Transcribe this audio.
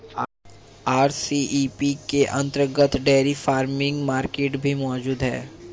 RCEP के अंतर्गत dairy farming market भी मौजूद है